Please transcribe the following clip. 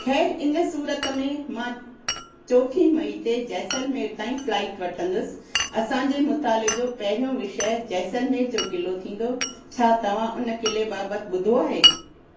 खैर इन सूरत में मां चोथीं मुई ते जैसलमेर लाइ फ्लाइट वठंदसि असांजे मुताले जो पहिरियों विषय जैसलमेर जो किलो थींदो छा तव्हां उन किले बाबति ॿुधो आहे